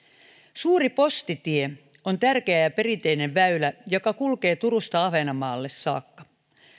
suuri postitie on tärkeä ja perinteinen väylä joka kulkee turusta ahvenanmaalle saakka